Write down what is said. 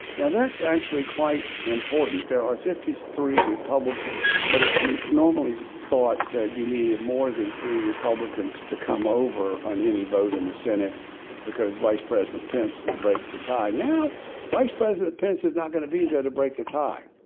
now that's actually quite important. there are fifty three republicans but is normally thought that you needed more than three republicans to come over on any vote in the senate because vice president pence would break the tie. now vice president pence is not going to be there to break the tie.